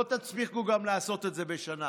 לא תצליחו לעשות את זה גם בשנה.